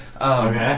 Okay